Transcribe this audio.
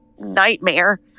nightmare